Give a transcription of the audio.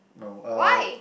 no uh